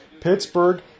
Pittsburgh